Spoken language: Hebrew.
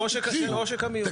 של עושק המיעוט.